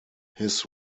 his